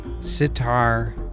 sitar